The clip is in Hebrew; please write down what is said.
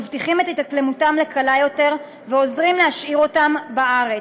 הופכים את התאקלמותם לקלה יותר ועוזרים להשאיר אותם בארץ.